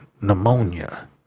pneumonia